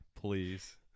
please